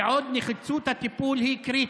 בעוד נחיצות הטיפול היא קריטית.